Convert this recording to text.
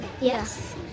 Yes